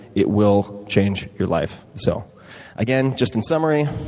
it will change your life. so again, just in summary,